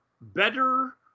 better